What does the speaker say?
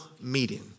meeting